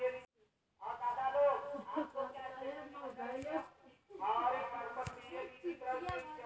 क्या बैगन गर्मियों के मौसम में सबसे अच्छा उगता है?